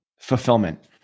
fulfillment